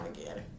again